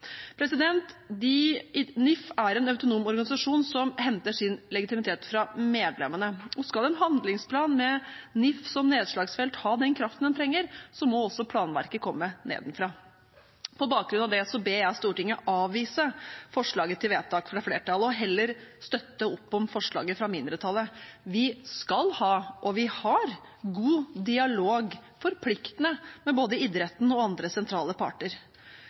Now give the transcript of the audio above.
NIF er en autonom organisasjon som henter sin legitimitet fra medlemmene. Og skal en handlingsplan med NIF som nedslagsfelt ha den kraften den trenger, må også planverket komme nedenfra. På bakgrunn av det ber jeg Stortinget om å avvise forslaget til vedtak fra flertallet og heller støtte opp om forslaget fra mindretallet. Vi skal ha, og vi har god dialog – forpliktende med både idretten og andre sentrale parter.